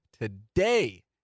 today